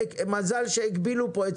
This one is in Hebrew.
אתם פשוט מדלגים בין